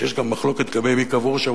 שיש גם מחלוקת לגבי מי קבור שם,